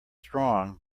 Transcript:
strong